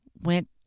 went